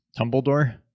Tumbledore